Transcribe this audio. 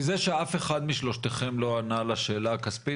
מזה שאף אחד משלושתכם לא ענה לשאלה הכספית,